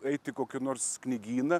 eit į kokį nors knygyną